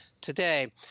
today